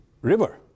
river